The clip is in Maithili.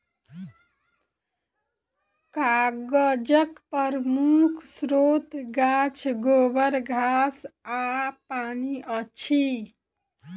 कागजक प्रमुख स्रोत गाछ, गोबर, घास आ पानि अछि